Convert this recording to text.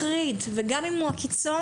מחריד וגם אם הוא הקיצון,